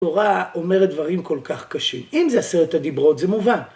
‫התורה אומרת דברים כל כך קשים. ‫אם זה עשרת הדברות, זה מובן.